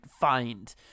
find